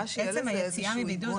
עצם היציאה מבידוד,